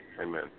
Amen